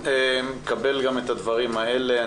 מקבל גם את הדברים האלה.